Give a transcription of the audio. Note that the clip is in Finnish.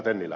tennilä